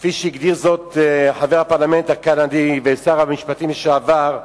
כפי שהגדיר זאת חבר הפרלמנט הקנדי ושר המשפטים לשעבר,